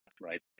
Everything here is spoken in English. right